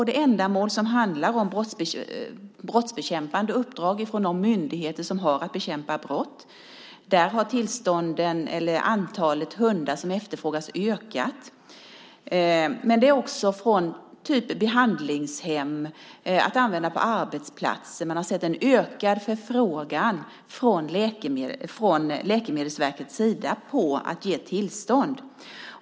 Det handlar om brottsbekämpande uppdrag från de myndigheter som har att bekämpa brott - där har antalet hundar som efterfrågas ökat. Men det är också från behandlingshem och för att använda på arbetsplatser. Man har sett en ökad förfrågan från Läkemedelsverkets sida om att ge tillstånd.